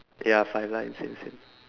ya five lines same same